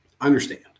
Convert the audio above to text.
Understand